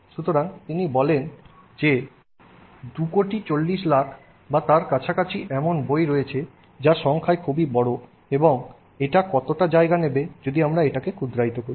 সুতরাং তিনি বলেন 24000000 বা তার কাছাকাছি এমন বই রয়েছে যা সংখ্যায় খুবই বড় এবং এটা কতটা জায়গা নেবে যদি আমরা এটাকে ক্ষুদ্রায়িত করি